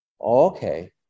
Okay